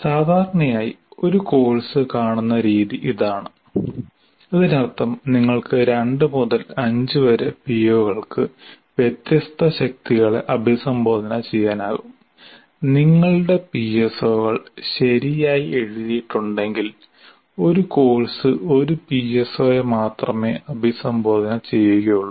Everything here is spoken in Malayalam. സാധാരണയായി ഒരു കോഴ്സ് കാണുന്ന രീതി ഇതാണ് അതിനർത്ഥം നിങ്ങൾക്ക് 2 മുതൽ 5 വരെ പിഒകൾക്ക് വ്യത്യസ്ത ശക്തികളെ അഭിസംബോധന ചെയ്യാനാകും നിങ്ങളുടെ പിഎസ്ഒകൾ ശരിയായി എഴുതിയിട്ടുണ്ടെങ്കിൽ ഒരു കോഴ്സ് ഒരു പിഎസ്ഒയെ മാത്രമേ അഭിസംബോധന ചെയ്യുകയുള്ളൂ